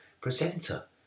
presenter